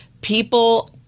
people